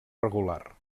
regular